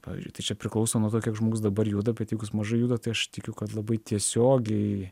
pavyzdžiui tai čia priklauso nuo to kiek žmogus dabar juda bet jeigu mažai juda tai aš tikiu kad labai tiesiogiai